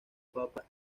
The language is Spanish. pipa